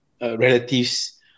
relatives